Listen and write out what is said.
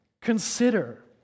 consider